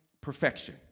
perfection